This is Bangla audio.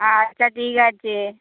আচ্ছা ঠিক আছে